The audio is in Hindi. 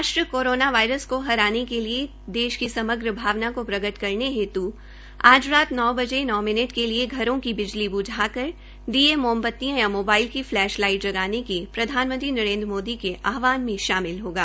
राष्ट्र कोरोना वायरस को हराने के लिए देश की समग्र भावना को प्रकट करने हेत् आज रात नौ बजे नौ मिनट के लिए घरों की बिजली ब्झाकर दीये मोमबतियां या मोबलाइन की फलैश लाइट जगाने के प्रधानमंत्री नरेन्द्र मोदी के आहवान में शामिल होगा